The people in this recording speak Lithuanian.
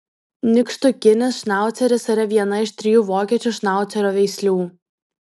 nykštukinis šnauceris yra viena iš trijų vokiečių šnaucerio veislių